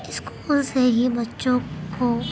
school سے ہی بچوں کو